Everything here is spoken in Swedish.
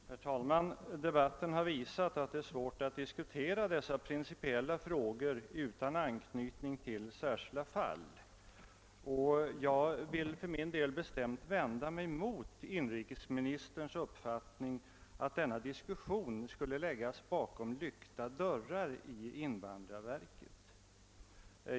Herr talman! Debatten har visat att det är svårt att diskutera dessa principiella frågor utan anknytning till särskilda fall. Jag vill för min del bestämt vända mig mot inrikesministerns uppfattning att denna diskussion borde hållas bakom lyckta dörrar i invandrarverket.